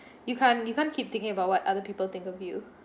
you can't you can't keep thinking about what other people think of you